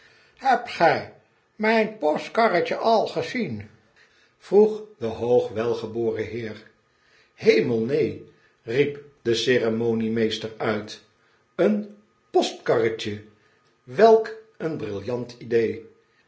hebt gij mijn postkawwetje aw gezien vroeg de hoogwelgeboren heer hemel neen riep dfe ceremoniemeester uit een postkarretje welk een brillant idee